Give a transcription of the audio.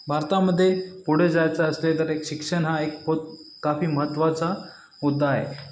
भारतामध्ये पुढे जायचं असेल तर एक शिक्षण हा एक पोत काफी महत्त्वाचा मुद्दा आहे